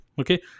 okay